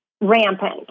rampant